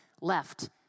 left